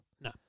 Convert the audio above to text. No